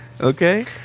Okay